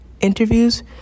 interviews